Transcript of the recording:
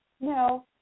No